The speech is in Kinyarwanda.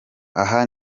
aha